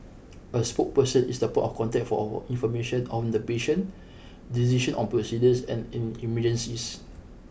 a spokesperson is the point of contact for our information on the patient decision on procedures and in emergencies